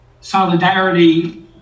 solidarity